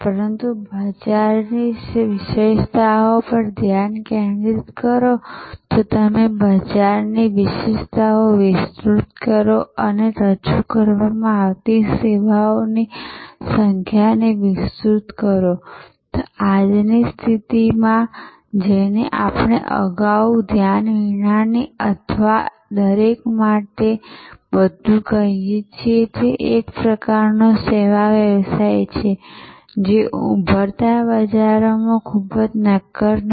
પરંતુ બજારની વિશેષતાઓ પર ધ્યાન કેન્દ્રિત કરો તો તમે બજારની વિશેષતાઓને વિસ્તૃત કરો અને રજૂ કરવામાં આવતી સેવાઓની સંખ્યાને વિસ્તૃત કરો તો આજની સ્થિતિમાં જેને આપણે અગાઉ ધ્યાન વિનાની અથવા દરેક માટે બધું કહીએ છીએ તે એક પ્રકારનો સેવા વ્યવસાય છે જે ઊભરતાં બજારોમાં ખૂબ જ નક્કર નથી